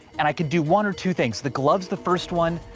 and i could do one or two things, the gloves the first one,